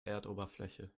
erdoberfläche